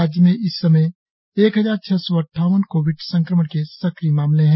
राज्य में इस समय एक हजार छह सौ अड्डावन कोविड संक्रमण के सक्रिय मामले हैं